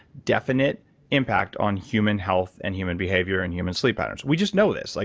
definite impact on human health and human behavior and human sleep patterns. we just know this. like